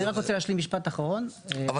אני רק רוצה להשלים משפט אחרון -- אבל